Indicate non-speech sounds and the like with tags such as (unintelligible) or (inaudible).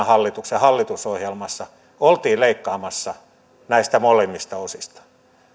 (unintelligible) hallituksen hallitusohjelmassa oltiin leikkaamassa näistä molemmista osista